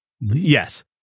yes